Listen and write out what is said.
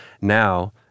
now